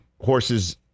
horse's